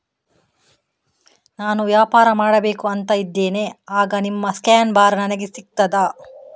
ನಾನು ವ್ಯಾಪಾರ ಮಾಡಬೇಕು ಅಂತ ಇದ್ದೇನೆ, ಆಗ ನಿಮ್ಮ ಸ್ಕ್ಯಾನ್ ಬಾರ್ ನನಗೆ ಸಿಗ್ತದಾ?